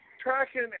tracking